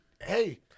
Hey